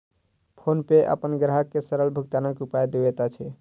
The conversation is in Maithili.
फ़ोनपे अपन ग्राहक के सरल भुगतानक उपाय दैत अछि